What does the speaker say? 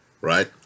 right